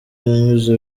yanyuze